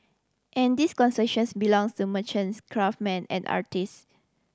and this consciousness belongs to merchants craftsman and artist